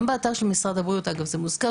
גם באתר של משרד הבריאות, אגב, זה מוזכר.